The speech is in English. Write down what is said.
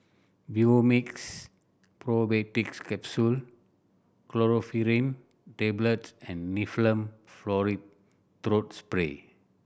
Vivomixx Probiotics Capsule Chlorpheniramine Tablets and Difflam Forte Throat Spray